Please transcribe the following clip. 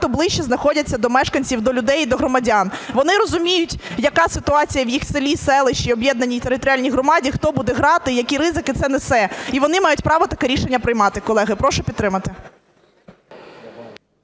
ближче знаходяться до мешканців, до людей і до громадян. Вони розуміють, яка ситуація в їх селі, селищі, об'єднаній територіальній громаді, хто буде грати і які ризики це несе. І вони мають право таке рішення приймати. Колеги, прошу підтримати.